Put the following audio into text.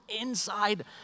inside